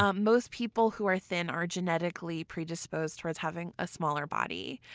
um most people who are thin are genetically predisposed towards having a smaller body.